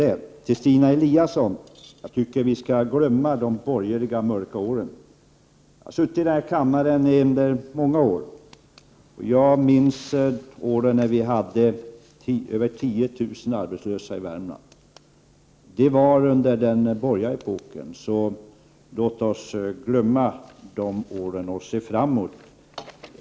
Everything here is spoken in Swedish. Till Stina Eliasson vill jag säga att jag tycker att vi skall glömma de borgerliga mörka åren. Jag har suttit i denna kammare i många år. Jag minns de år vi hade över 10 000 arbetslösa i Värmland. Det var under den borgerliga epoken. Låt oss därför glömma dessa år och i stället se framåt.